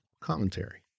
commentary